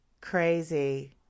crazy